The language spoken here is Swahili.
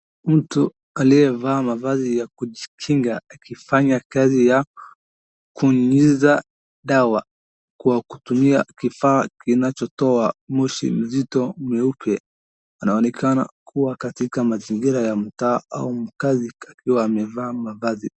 Mtu aliyevaa mavazi ya kujikinga akifanya kazi ya kunyunyiza dawa kwa kutumia kifaa kinacho toa moshi mzito mweupe. Anaonekana kuwa katika mazingira ya mtaa au kazi akiwa amevaa mavazi.